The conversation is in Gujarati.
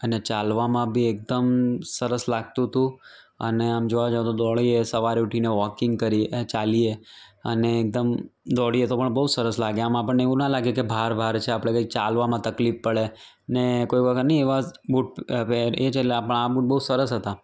અને ચાલવામાં બી એકદમ સરસ લાગતું હતું અને આમ જોવા જાવ તો દોડીએ સવાર ઊઠીને વોકિંગ કરીએ ચાલીએ અને એકદમ દોડીએ તો પણ બહુ સરસ લાગે આમ આપણને એવું ના લાગે કે ભાર ભાર છે આપણે કંઈ ચાલવામાં તકલીફ પડે ને કોઈ વખત નહીં એવા બુટ પેર એ છે એટલે આપણને આ બુટ બહુ સરસ હતા